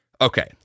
Okay